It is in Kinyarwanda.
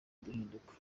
guhinduka